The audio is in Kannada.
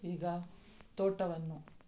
ಈಗ ತೋಟವನ್ನು